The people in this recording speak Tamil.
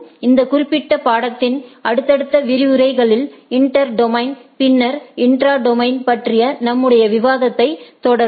இந்த குறிப்பிட்ட பாடத்தின் அடுத்தடுத்த விரிவுரைகளில் இன்டெர் டொமைன் பின்னர் இன்ட்ரா டொமைன் பற்றிய நம்முடைய விவாதத்தைத் தொடர்வோம்